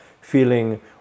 feeling